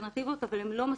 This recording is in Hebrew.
אבל הן לא מספיקות.